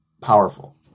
powerful